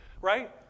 right